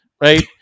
right